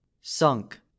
sunk